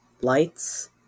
lights